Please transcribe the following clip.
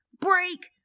Break